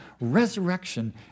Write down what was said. resurrection